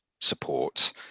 support